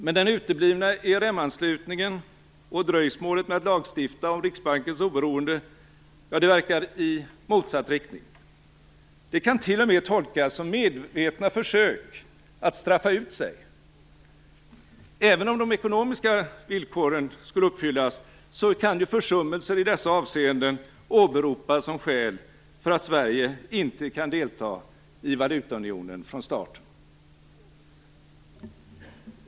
Men den uteblivna ERM anslutningen och dröjsmålet med att lagstifta om Riksbankens oberoende verkar i motsatt riktning. Det kan t.o.m. tolkas som medvetna försök att straffa ut sig. Även om de ekonomiska villkoren skulle uppfyllas, kan försummelser i dessa avseenden åberopas som skäl för att Sverige inte kan delta i valutaunionen från starten.